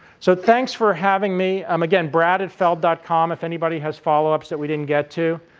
so, thanks for having me. um again, brad at feld dot com if anybody has follow-ups that we didn't get to,